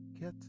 Get